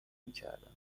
میکردم